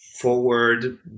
forward